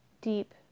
deep